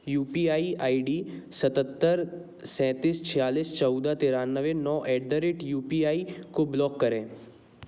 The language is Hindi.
you P I I D सात सात तीन सात चार छः एक चार नौ तीन नौ at the rate U P I को ब्लॉक करें